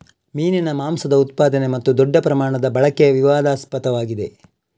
ಮೀನಿನ ಮಾಂಸದ ಉತ್ಪಾದನೆ ಮತ್ತು ದೊಡ್ಡ ಪ್ರಮಾಣದ ಬಳಕೆ ವಿವಾದಾಸ್ಪದವಾಗಿದೆ